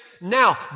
Now